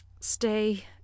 Stay